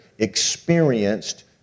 experienced